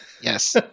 Yes